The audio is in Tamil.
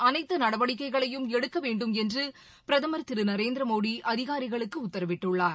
அனைத்து நடவடிக்கைகளையும் எடுக்க வேண்டும் என்று பிரதமர் திரு நரேந்திர மோடி அதிகாரிகளுக்கு உத்தரவிட்டுள்ளார்